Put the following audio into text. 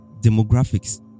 Demographics